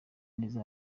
neza